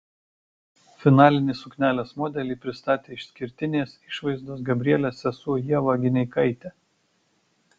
finalinį suknelės modelį pristatė išskirtinės išvaizdos gabrielės sesuo ieva gineikaitė